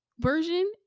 version